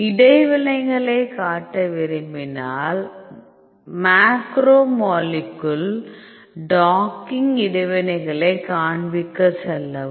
இடைவினைகளைக் காட்ட விரும்பினால் மேக்ரோ மாலிக்குள் டாக்கிங் இடைவினைகளைக் காண்பிக்கச் செல்லவும்